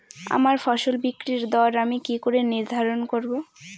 আমার ফসল বিক্রির দর আমি কি করে নির্ধারন করব?